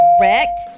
Correct